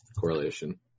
correlation